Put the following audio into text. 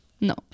No